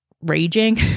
raging